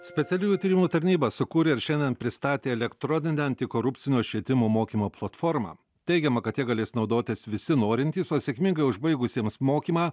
specialiųjų tyrimų tarnyba sukūrė ir šiandien pristatė elektroninę antikorupcinio švietimo mokymo platformą teigiama kad ja galės naudotis visi norintys o sėkmingai užbaigusiems mokymą